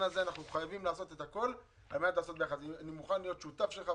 קיבלנו תלונות על כך ש-2,000 שקלים לא מספיקים.